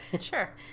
sure